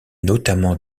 notamment